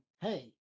hey